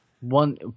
one